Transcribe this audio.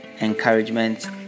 encouragement